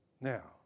Now